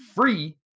free